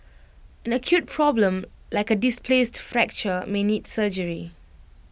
an acute problem like A displaced fracture may need surgery